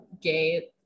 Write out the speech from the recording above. gay